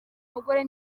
mugore